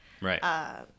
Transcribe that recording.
Right